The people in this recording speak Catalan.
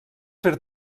fer